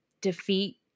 defeat